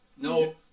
no